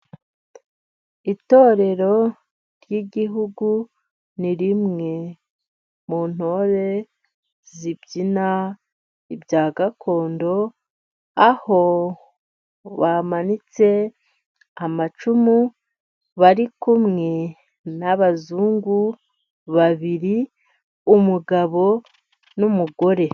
Itorero ry'igihugu ni rimwe mu ntore zibyina ibya gakondo, aho bamanitse amacumu bari kumwe n'abazungu babiri, umugabo n'umugore.